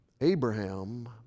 Abraham